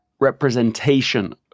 representation